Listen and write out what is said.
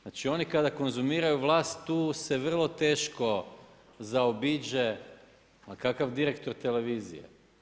Znači oni kada konzumiraju vlast tu se vrlo teško zaobiđe ma kakav direktor Televizije.